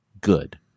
good